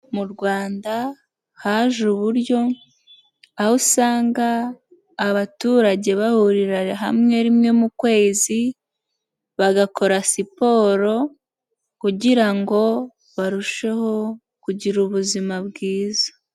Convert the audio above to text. Mu Rwanda haje uburyo aho usanga abaturage bahurira hamwe rimwe mu kwezi bagakora siporo kugira ngo barusheho kugira ubuzima bwiza.